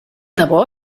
debò